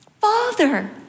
Father